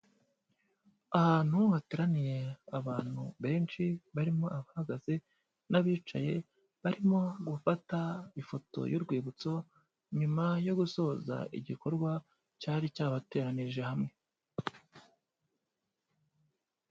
Ahantu hateraniye abantu benshi barimo abahagaze n'abicaye barimo gufata ifoto y'urwibutso nyuma yo gusoza igikorwa cyari cyabateranije hamwe.